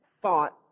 thought